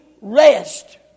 rest